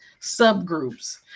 subgroups